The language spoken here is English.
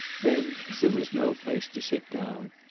then, as there was no place to sit down,